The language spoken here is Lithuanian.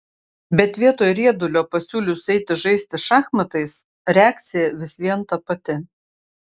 bet vietoj riedulio pasiūlius eiti žaisti šachmatais reakcija vis vien ta pati